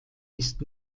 ist